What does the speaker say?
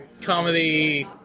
comedy